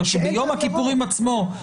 אלא שביום הכיפורים עצמו,